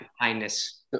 Kindness